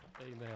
amen